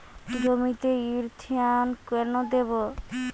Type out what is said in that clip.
জমিতে ইরথিয়ন কেন দেবো?